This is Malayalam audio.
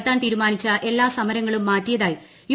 നടത്താൻ തീരുമാനിച്ച എല്ലാ സമരങ്ങളും മാറ്റിയതായി യു